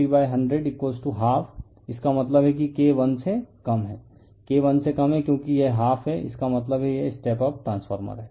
तब KN1N250100 half इसका मतलब है कि K वन से कम है K वन से कम है क्योंकि यह हाफ है इसका मतलब है यह स्टेप अप ट्रांसफार्मर है